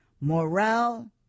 Morale